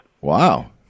Wow